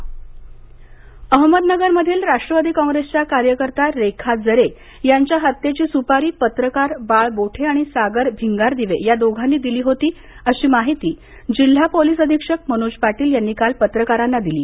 रेखा जरे नगर अहमदनगर मधील राष्ट्रवादी कॉंग्रेसच्या कार्यकर्त्या रेखा जरे यांच्या हत्येची सुपारी पत्रकार बाळ बोठे आणि सागर भिंगारदिवे या दोघांनी दिली होती अशी माहिती जिल्हा पोलीस अधिक्षक मनोज पाटील यांनी काल पत्रकारांना दिली